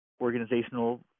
organizational